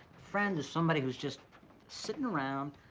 friends are somebody who's just sittin' around,